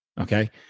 okay